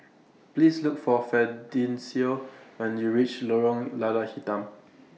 Please Look For Fidencio when YOU REACH Lorong Lada Hitam